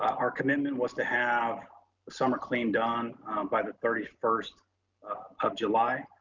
our commitment was to have the summer clean done by the thirty first of july.